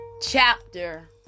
chapter